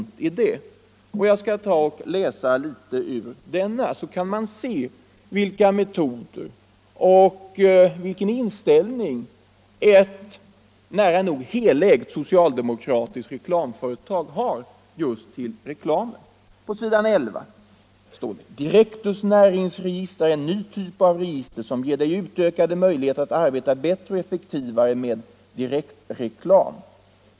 Jag skall citera ur den för att visa vilka metoder och vilken inställning ett nära nog helägt socialdemokratiskt reklamföretag har just till reklamen. På s. 11 står det: ”Direktus näringsregister är en ny typ av register som ger dig utökade möjligheter att arbeta bättre och effektivare med direktreklam.